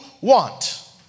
want